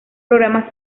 programas